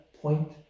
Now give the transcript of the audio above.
point